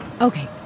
Okay